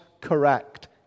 correct